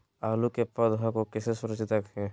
आलू के पौधा को कैसे सुरक्षित रखें?